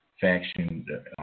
faction